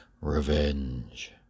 revenge